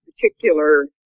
particular